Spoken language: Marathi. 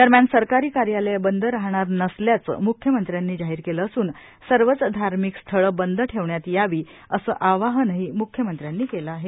दरम्यान सरकारी कार्यालय बंद राहणार नसल्याचं मुख्यमंत्र्यांनी जाहीर केल असून सर्वच धार्मिक स्थळ बंद ठेवण्यात यावी अस आवाहनही म्ख्यमंत्र्यांनी केल आहे